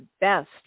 best